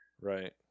Right